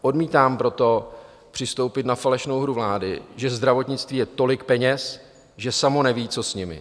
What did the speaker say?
Odmítám proto přistoupit na falešnou hru vlády, že ve zdravotnictví je tolik peněz, že samo neví, co s nimi.